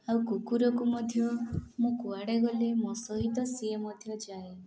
ଆଉ କୁକୁରକୁ ମଧ୍ୟ ମୁଁ କୁଆଡ଼େ ଗଲେ ମୋ ସହିତ ସିଏ ମଧ୍ୟ ଯାଏ